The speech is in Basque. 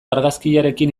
argazkiarekin